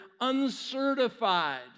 uncertified